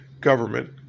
government